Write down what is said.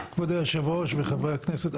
כבוד יושב הראש וחברי הכנסת,